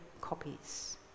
copies